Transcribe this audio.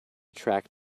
track